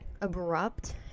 abrupt